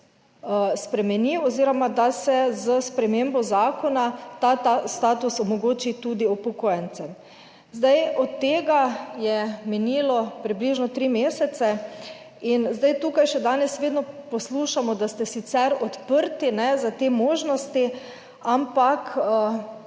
spremeni oziroma, da se s spremembo zakona ta status omogoči tudi upokojencem. Zdaj, od tega je minilo približno tri mesece in zdaj tukaj še danes vedno poslušamo, da ste sicer odprti za te možnosti, ampak